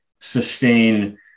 sustain